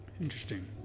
Interesting